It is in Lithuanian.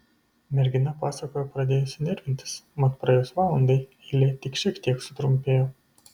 mergina pasakojo pradėjusi nervintis mat praėjus valandai eilė tik šiek tiek sutrumpėjo